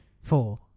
Four